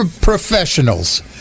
professionals